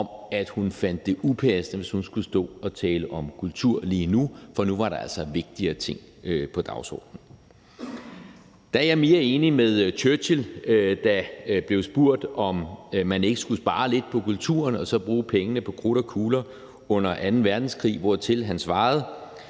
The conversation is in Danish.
om, at hun fandt det upassende, at hun skulle stå og tale om kultur lige nu, fordi der altså nu var vigtigere ting på dagsordenen. Der er jeg mere enig med Churchill, der blev spurgt, om man ikke skulle spare lidt på kulturen og så bruge pengene på krudt og kugler under anden verdenskrig, hvortil han svarede: